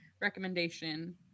recommendation